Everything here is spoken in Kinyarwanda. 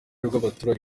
rw’abaturage